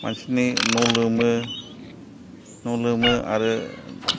मानसिनि न' लोमो न' लोमो आरो